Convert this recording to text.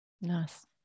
Nice